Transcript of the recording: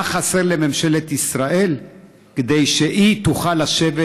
מה חסר לממשלת ישראל כדי שהיא תוכל לשבת